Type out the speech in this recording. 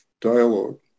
dialogue